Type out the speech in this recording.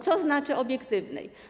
Co to znaczy obiektywnej?